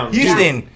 Houston